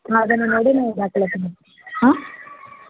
ಹಾಂ ಅದನ್ನು ನೋಡಿ ನಾವು ದಾಖಲಾತಿ ಮಾ ಆಂ